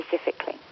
specifically